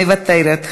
מוותרת,